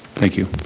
thank you.